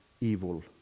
evil